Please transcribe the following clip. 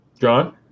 John